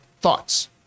thoughts